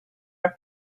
are